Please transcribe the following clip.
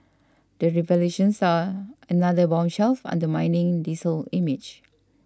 the revelations are another bombshell undermining diesel image